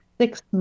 six